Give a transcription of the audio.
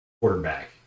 quarterback